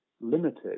limited